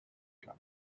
club